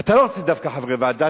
ואתה לא רוצה דווקא חברי ועדה,